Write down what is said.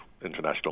international